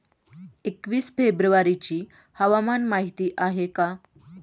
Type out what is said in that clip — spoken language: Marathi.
एकवीस फेब्रुवारीची हवामान माहिती आहे का?